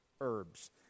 herbs